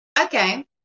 Okay